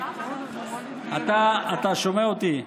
אתה שומע אותי?